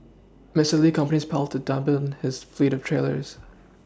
Mister Li's company plans to double has fleet of trailers